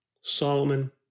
Solomon